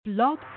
Blog